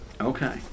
Okay